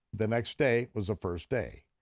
the next day was the first day.